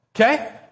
okay